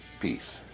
Peace